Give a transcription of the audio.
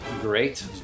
Great